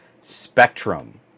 Spectrum